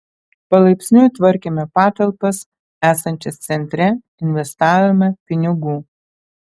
palaipsniui tvarkėme patalpas esančias centre investavome pinigų